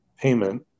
payment